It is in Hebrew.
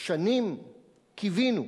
שנים קיווינו,